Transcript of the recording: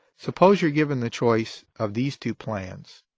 suppose you're given the choice of these two plans